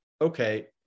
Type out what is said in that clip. okay